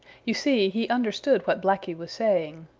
you see, he understood what blacky was saying.